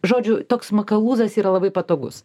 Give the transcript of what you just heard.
žodžiu toks makalūzas yra labai patogus